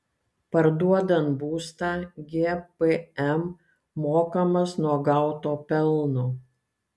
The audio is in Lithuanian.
parduodant būstą gpm mokamas nuo gauto pelno